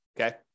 Okay